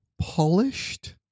polished